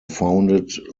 founded